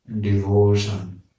devotion